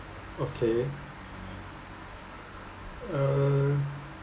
okay uh